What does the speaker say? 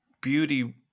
beauty